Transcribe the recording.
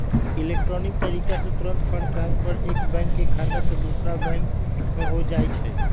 electronic तरीका से तूरंते फंड ट्रांसफर एक बैंक के खता से दोसर में हो जाइ छइ